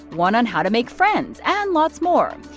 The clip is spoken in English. one on how to make friends and lots more.